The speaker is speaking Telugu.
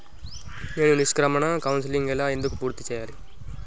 నేను నిష్క్రమణ కౌన్సెలింగ్ ఎలా ఎందుకు పూర్తి చేయాలి?